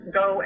go